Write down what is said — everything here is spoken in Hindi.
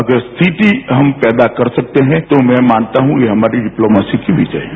अगर ऐसी स्थिति हम पैदा कर सकते हैं तो मैं मानता हूं कि ये हमारी डिप्लोमैसी की विजय है